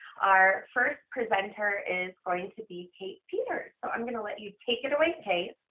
our first presenter is going to be kate peters. so i'm going to let you take it away kate.